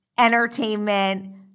entertainment